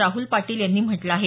राहुल पाटील यांनी म्हटलं आहे